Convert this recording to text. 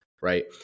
right